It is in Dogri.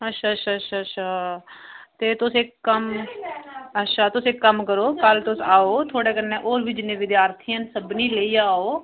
अच्छा अच्छा अच्छा अच्छा ते तुस इक कम्म अच्छा तुस इक कम्म करो कल तुस आओ थुआढ़े कन्नै होर बी जिन्ने विद्यार्थी हैन सभनें गी लेइयै आओ